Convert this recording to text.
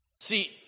See